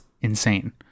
insane